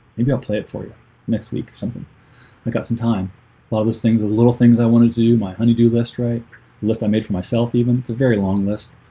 maybe i'll play it for you next week something i got some time a lot of those things of little things. i wanted to do my honey do list write list i made for myself even it's a very long list